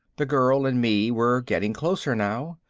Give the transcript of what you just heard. the girl and me were getting closer now,